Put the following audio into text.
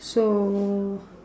so